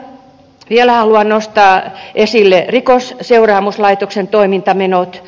vielä haluan nostaa esille rikosseuraamuslaitoksen toimintamenot